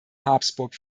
habsburg